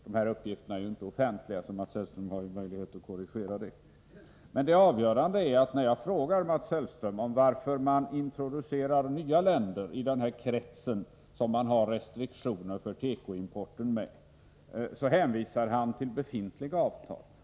De här uppgifterna är inte offentliga, så Mats Hellström har möjlighet att ge exakta upplysningar i detta avseende. Men det avgörande är, att Mats Hellström — när jag frågar varför man introducerar nya länder i den krets för vilken gäller restriktioner avseende tekoindustrin — hänvisar till befintliga avtal.